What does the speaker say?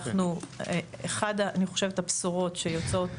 אני חושבת שאחת הבשורות שיוצאות